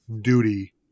duty